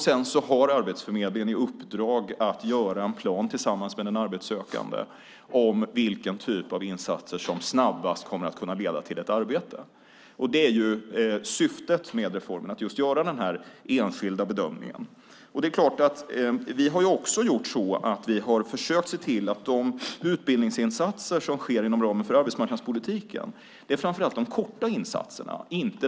Sedan har Arbetsförmedlingen i uppdrag att göra en plan tillsammans med den arbetssökande för vilken typ av insatser som snabbast kommer att kunna leda till ett arbete. Syftet med reformen är just att göra den här enskilda bedömningen. Vi har försökt se till att de utbildningsinsatser som sker inom ramen för arbetsmarknadspolitiken framför allt är de korta insatserna.